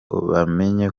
bamenye